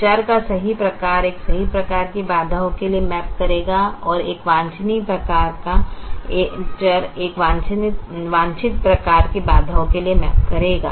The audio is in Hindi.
तो चर का सही प्रकार एक सही प्रकार की बाधाओं के लिए मैप करेगा और एक वांछनीय प्रकार का चर एक वांछित प्रकार के बाधाओं के लिए मैप करेगा